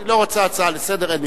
היא לא רוצה הצעה לסדר-היום.